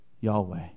Yahweh